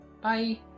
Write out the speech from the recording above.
Bye